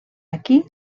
aquí